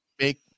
Make